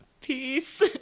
peace